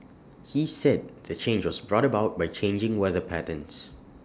he said the change was brought about by changing weather patterns